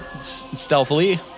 stealthily